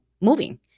moving